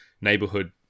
neighborhood